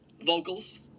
vocals